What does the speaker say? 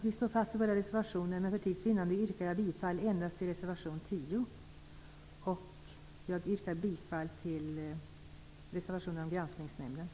Vi står fast vid våra reservationer, men för tids vinnande yrkar jag bifall endast till reservation 10 och till reservation 27 om Granskningsnämnden.